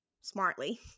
smartly